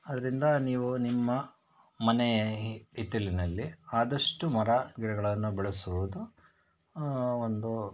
ಅದರಿಂದ ನೀವು ನಿಮ್ಮ ಮನೆ ಹಿತ್ತಲಿನಲ್ಲಿ ಆದಷ್ಟು ಮರ ಗಿಡಗಳನ್ನು ಬೆಳೆಸುವುದು ಒಂದು